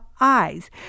eyes